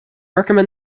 recommend